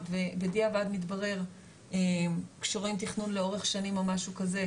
ובדיעבד מתברר כשרואים תכנון לאורך שנים או משהו כזה,